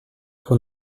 pour